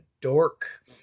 dork